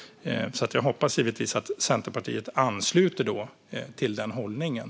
Jag hoppas givetvis att Centerpartiet ansluter sig till den hållningen.